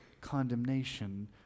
condemnation